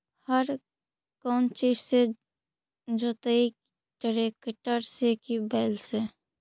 हर कौन चीज से जोतइयै टरेकटर से कि बैल से?